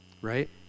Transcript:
Right